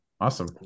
Awesome